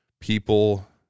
people